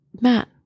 Matt